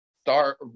start